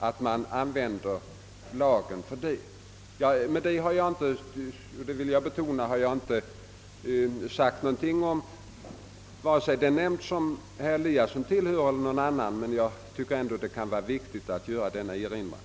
Jag vill betona att jag därmed inte sagt någonting om vare sig den nämnd herr Eliasson tillhör eller någon annan, men jag har ansett det vara viktigt att göra denna erinran.